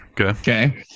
Okay